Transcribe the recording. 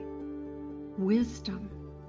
wisdom